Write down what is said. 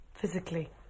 physically